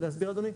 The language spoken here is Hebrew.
להסביר אדוני?